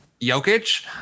Jokic